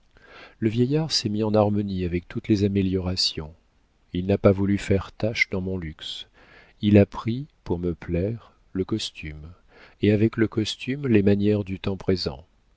le vieillard s'est mis en harmonie avec toutes les améliorations il n'a pas voulu faire tache dans mon luxe il a pris pour me plaire le costume et avec le costume les manières du temps présent